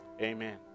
amen